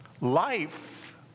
Life